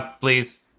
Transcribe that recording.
please